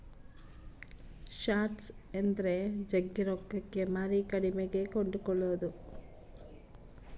short ಎಂದರೆ ಜಗ್ಗಿ ರೊಕ್ಕಕ್ಕೆ ಮಾರಿ ಕಡಿಮೆಗೆ ಕೊಂಡುಕೊದು